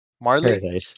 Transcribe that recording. marley